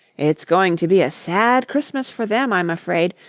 it's going to be a sad christmas for them, i'm afraid,